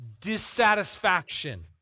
dissatisfaction